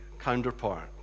counterpart